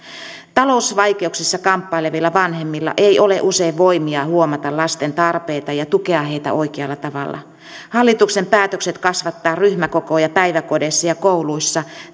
talousvaikeuksissa kamppailevilla vanhemmilla ei ole usein voimia huomata lasten tarpeita ja tukea heitä oikealla tavalla hallituksen päätökset kasvattaa ryhmäkokoja päiväkodeissa ja kouluissa